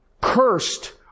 Cursed